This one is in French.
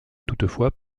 toutefois